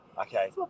Okay